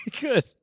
good